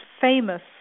famous